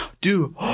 Dude